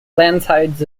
landslides